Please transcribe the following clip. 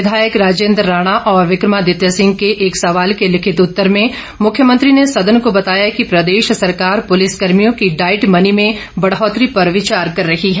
विधायक राजेंद्र राणा और विक्रमादित्य सिंह के एक सवाल के लिखित उत्तर में मुख्यमंत्री ने सदन को बताया कि प्रदेश सरकार पुलिस कर्मियों की डाइट मनी में बढ़ोतरी पर विचार कर रही है